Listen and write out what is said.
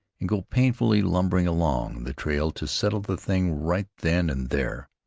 and go painfully lumbering along the trail to settle the thing right then and there.